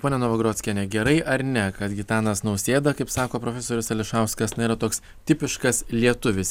ponia novagrockiene gerai ar ne kad gitanas nausėda kaip sako profesorius ališauskas na yra toks tipiškas lietuvis